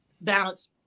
Balance